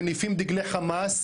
מניפים דגלי חמאס,